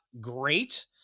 great